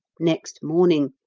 next morning,